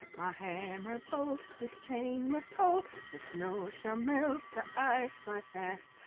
my hammer bold, this chain must hold. the snow shall melt, the ice fly fast,